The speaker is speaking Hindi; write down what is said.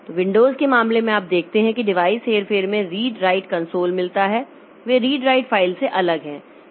तो विंडोज़ के मामले में आप देखते हैं कि डिवाइस हेरफेर में रीड राइट कंसोल मिलता है वे रीड राइट फाइल से अलग हैं